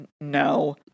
No